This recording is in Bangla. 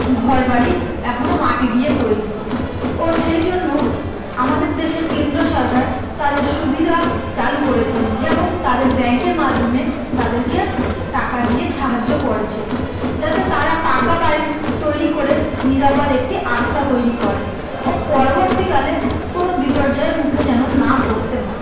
ঘর বাড়ি এখনও মাটি দিয়ে তৈরি ও সেই জন্য আমাদের দেশের কেন্দ্র সরকার তাদের সুবিধা চালু করেছেন যেমন তাদের ব্যাঙ্কের মাধ্যমে তাদেরকে টাকা দিয়ে সাহায্য করেছেন যাতে তারা পাকা বাড়ি তৈরি করে নিরাপদ একটি আস্থা তৈরি করে ও পরবর্তীকালে কোনও বিপর্যয়ের মুখে যেন না পড়তে হয়